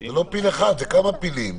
--- זה לא פיל אחד, זה כמה מילים.